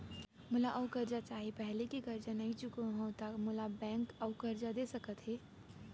मोला अऊ करजा चाही पहिली के करजा नई चुकोय हव त मोल ला बैंक अऊ करजा दे सकता हे?